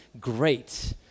great